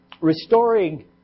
restoring